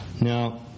Now